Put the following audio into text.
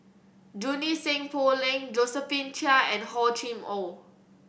Junie Sng Poh Leng Josephine Chia and Hor Chim Or